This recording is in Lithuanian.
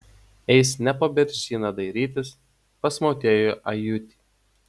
eis ne po beržyną dairytis pas motiejų ajutį